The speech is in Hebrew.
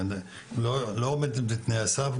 היא לא עומדת בתנאי הסף,